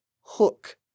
hook